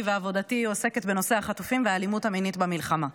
ועבודתי אני עוסקת בנושא החטופים והאלימות המינית במלחמה.